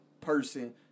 person